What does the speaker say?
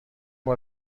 بار